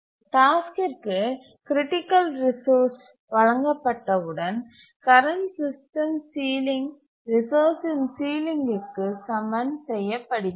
டாஸ்க்கிற்கு critical resource வழங்கப்பட்டவுடன் current system ceiling ரிசோர்சின் சீலிங் க்கு சமன் செய்யப்படுகிறது